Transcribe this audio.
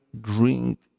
drink